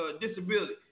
disability